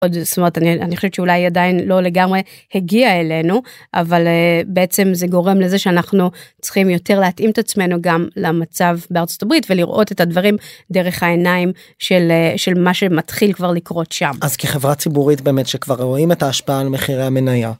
זאת אומרת, אני חושבת שאולי עדיין לא לגמרי הגיע אלינו, אבל בעצם זה גורם לזה שאנחנו צריכים יותר להתאים את עצמנו גם למצב בארצות הברית ולראות את הדברים דרך העיניים של מה שמתחיל כבר לקרות שם. אז כחברה ציבורית באמת שכבר רואים את ההשפעה על מחירי המניה.